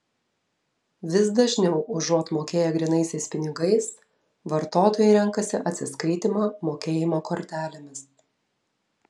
vis dažniau užuot mokėję grynaisiais pinigais vartotojai renkasi atsiskaitymą mokėjimo kortelėmis